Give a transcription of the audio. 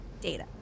data